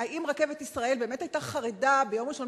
האם "רכבת ישראל" באמת היתה חרדה ביום ראשון